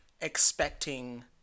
expecting